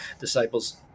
disciples